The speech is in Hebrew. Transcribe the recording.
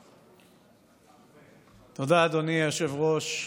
תודה, אדוני היושב-ראש.